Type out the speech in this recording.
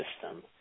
system